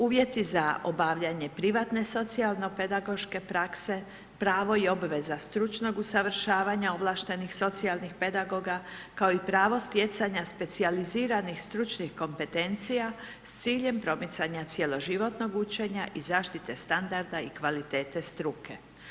Uvjeti za obavljanje privatne socijalne pedagoške prakse, pravo i obveza stručnog usavršavanja ovlaštenih socijalnih pedagoga, kao i pravo stjecanja specijaliziranih stručnih kompetencija s ciljem promicanja cjeloživotnog učenja i zaštite standarda i kvalitete struke.